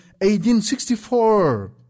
1864